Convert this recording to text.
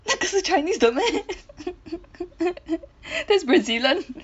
那个是 Chinese 的 meh that's Brazilian